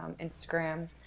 Instagram